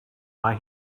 mae